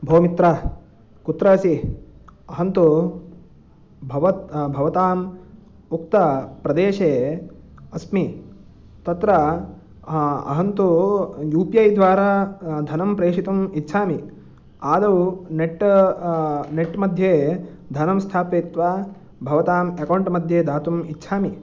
भोः मित्र कुत्र असि अहं तु भवत् भवतां उक्तप्रदेशे अस्मि तत्र अहं तु यु पि ऐ द्वारा धनं प्रेषयितुम् इच्छामि आदौ नेट् नेट् मध्ये धनं स्थापयित्वा भवताम् अकौण्ट् मध्ये दातुम् इच्छामि